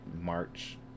March